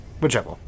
Whichever